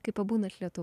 kaip pabūnat lietuvoj